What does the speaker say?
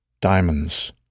Diamonds